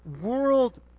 world